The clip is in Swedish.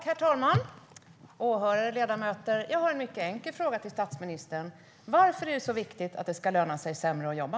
Herr talman! Åhörare! Ledamöter! Jag har en mycket enkel fråga till statsministern: Varför är det viktigt att det ska löna sig sämre att jobba?